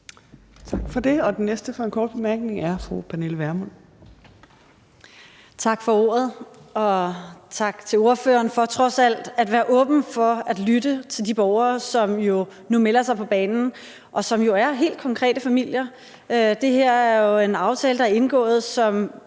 Tak for det. Og den næste med en kort bemærkning er fru Pernille Vermund. Kl. 16:15 Pernille Vermund (NB): Tak for ordet. Og tak til ordføreren for trods alt at være åben over for at lytte til de borgere, som nu melder sig på banen, og som jo er helt konkrete familier. Det her er jo en aftale, der er indgået, og